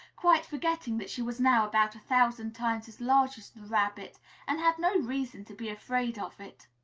quite forgetting that she was now about a thousand times as large as the rabbit and had no reason to be afraid of it.